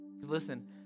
Listen